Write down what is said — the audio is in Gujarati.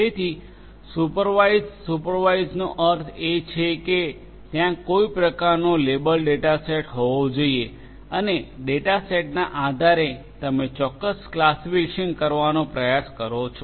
તેથી સુપરવાઇઝડ સુપરવાઇઝડનો અર્થ એ છે કે ત્યાં કોઈ પ્રકારનો લેબલ ડેટા સેટ હોવો જોઈએ અને ડેટા સેટના આધારે તમે ચોક્કસ ક્લાસિફિકેશન કરવાનો પ્રયાસ કરો છો